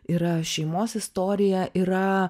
yra šeimos istorija yra